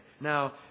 Now